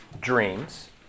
dreams